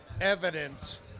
evidence